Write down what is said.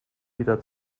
wieder